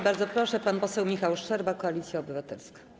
Bardzo proszę, pan poseł Michał Szczerba, Koalicja Obywatelska.